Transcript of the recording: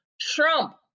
Trump